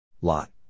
Lot